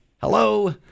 Hello